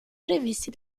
previsti